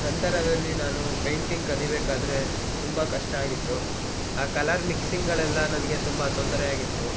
ನಂತರದಲ್ಲಿ ನಾನು ಪೇಂಟಿಂಗ್ ಕಲಿಬೇಕಾದ್ರೆ ತುಂಬ ಕಷ್ಟ ಆಗಿತ್ತು ಆ ಕಲರ್ ಮಿಕ್ಸಿಂಗ್ಗಳೆಲ್ಲ ನನಗೆ ತುಂಬ ತೊಂದರೆ ಆಗಿತ್ತು